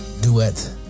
duet